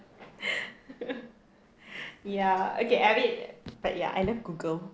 ya okay I mean but ya I love Google